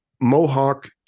Mohawk